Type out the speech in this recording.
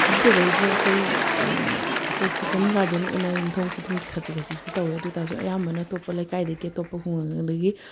ꯕꯦꯖꯤꯇꯦꯕꯜꯁꯦ ꯑꯩꯈꯣꯏ ꯑꯩꯈꯣꯏ kitchen garden ꯑꯣꯏꯅ ꯌꯨꯝꯊꯣꯡ ꯈꯨꯗꯤꯡꯒꯤ ꯈꯖꯤꯛ ꯈꯖꯤꯛꯇꯤ ꯇꯧꯏ ꯑꯗꯨ ꯑꯣꯏꯇꯥꯔꯁꯨ ꯑꯌꯥꯝꯕꯅ ꯑꯇꯣꯞꯄ ꯂꯩꯀꯥꯏꯗꯒꯤ ꯑꯇꯣꯞꯄ ꯈꯨꯡꯒꯪꯗꯒꯤ